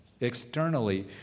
Externally